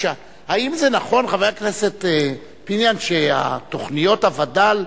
חבר הכנסת פיניאן, האם זה נכון שתוכניות הווד"ל,